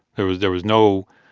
there was there was no,